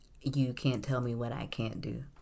you-can't-tell-me-what-I-can't-do